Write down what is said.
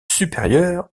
supérieures